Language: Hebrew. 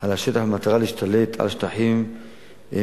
על השטח, במטרה להשתלט על שטחים מגן-העצמאות.